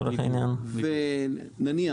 כן, נניח.